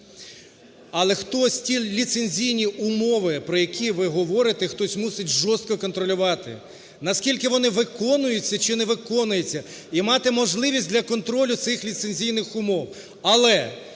але хтось ті ліцензійні умови, про які ви говорите, хтось мусить жорстко контролювати, наскільки вони виконуються, чи не виконуються, і мати можливість для контролю цих ліцензійних умов.